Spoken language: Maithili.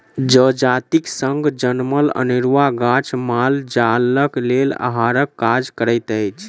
जजातिक संग जनमल अनेरूआ गाछ माल जालक लेल आहारक काज करैत अछि